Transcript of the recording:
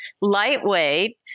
lightweight